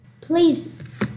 Please